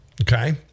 Okay